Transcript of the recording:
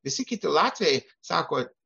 visi kiti latviai sako